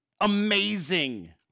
Amazing